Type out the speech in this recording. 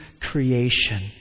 creation